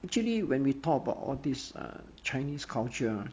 actually when we talk about all these uh chinese culture right